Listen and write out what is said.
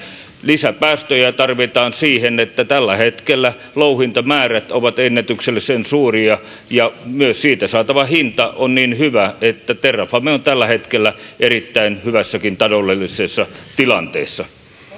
lisäpäästöjä tarvitaan siihen että tällä hetkellä louhintamäärät ovat ennätyksellisen suuria ja myös siitä saatava hinta on niin hyvä että terrafame on tällä hetkellä jopa erittäin hyvässä taloudellisessa tilanteessa